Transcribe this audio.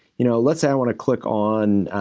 you know, let's say i wanna click on,